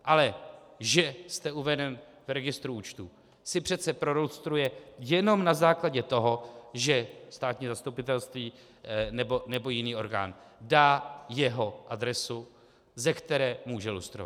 Ale že jste uveden v registru účtů, si přece prolustruje jenom na základě toho, že státní zastupitelství nebo jiný orgán dá jeho adresu, ze které může lustrovat.